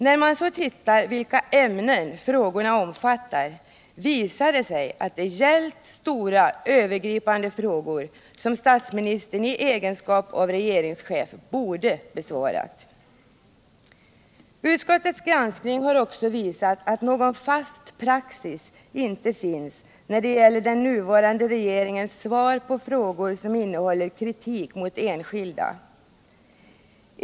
När man så tittar på vilka ämnen frågorna omfattar visar det sig att det gällt stora övergripande frågor som statsministern i egenskap av regeringschef borde ha besvarat. Utskottets granskning har också visat att någon fast praxis inte finns när det gäller den nuvarande regeringens svar på frågor som innehåller kritik mot enskilda.